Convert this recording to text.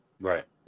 Right